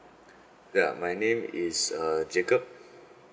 ya my name is err jacob